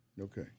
Okay